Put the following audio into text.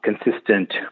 consistent